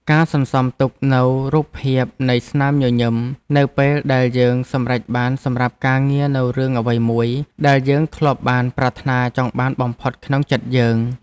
ការសន្សំទុកនូវរូបភាពនៃស្នាមញញឹមនៅពេលដែលយើងសម្រេចបានសម្រាប់ការងារនូវរឿងអ្វីមួយដែលយើងធ្លាប់បានប្រាថ្នាចង់បានបំផុតក្នុងចិត្តយើង។